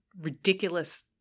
Ridiculous